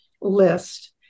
list